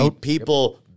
people